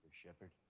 shepard